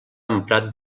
emprat